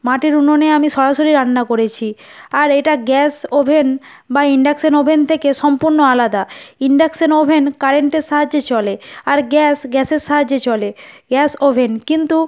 মাটির উনুনে আমি সরাসরি রান্না করেছি আর এটা গ্যাস বা ওভেন বা ইন্ডাকশান ওভেন থেকে সম্পূর্ণ আলাদা ইন্ডাকশান ওভেন কারেন্টের সাহায্যে চলে আর গ্যাস গ্যাসের সাহায্যে চলে গ্যাস বা ওভেন কিন্তু